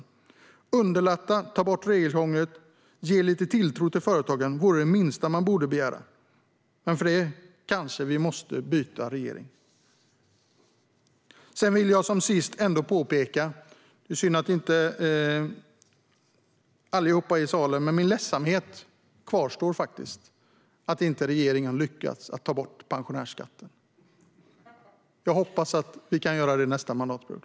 Att underlätta, ta bort regelkrångel och visa lite tilltro till företagaren vore det minsta man borde begära. Men för att få det kanske vi måste byta regering. Det är synd att alla inte är i salen, men jag vill påpeka att min ledsamhet kvarstår över att regeringen inte har lyckats ta bort pensionärsskatten. Jag hoppas att vi kan göra det under nästa mandatperiod.